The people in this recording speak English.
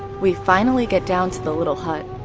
we finally get down to the little hut.